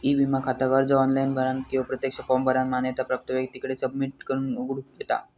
E विमा खाता अर्ज ऑनलाइन भरानं किंवा प्रत्यक्ष फॉर्म भरानं मान्यता प्राप्त व्यक्तीकडे सबमिट करून उघडूक येता